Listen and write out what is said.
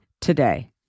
today